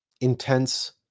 intense